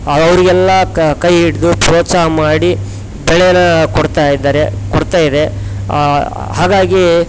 ಅವ್ರಿಗೆಲ್ಲ ಕೈ ಹಿಡ್ದು ಪ್ರೋತ್ಸಾಹ ಮಾಡಿ ಬೆಳೆನ ಕೊಡ್ತಾ ಇದ್ದಾರೆ ಕೊಡ್ತಾ ಇದೆ ಹಾಗಾಗಿ